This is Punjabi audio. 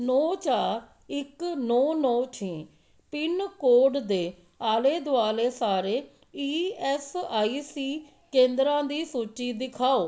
ਨੌ ਚਾਰ ਇੱਕ ਨੌ ਨੌ ਛੇ ਪਿੰਨਕੋਡ ਦੇ ਆਲੇ ਦੁਆਲੇ ਸਾਰੇ ਈ ਐੱਸ ਆਈ ਸੀ ਕੇਂਦਰਾਂ ਦੀ ਸੂਚੀ ਦਿਖਾਓ